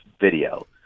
video